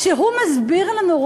כשהוא מסביר לנו,